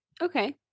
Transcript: okay